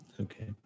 Okay